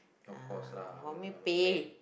uh for me pay